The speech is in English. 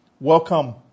Welcome